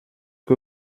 que